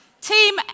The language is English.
team